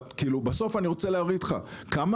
בסוף אני רוצה להגיד לך כמה